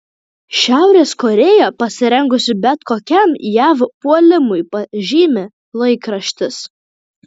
šiaurės korėja pasirengusi bet kokiam jav puolimui pažymi laikraštis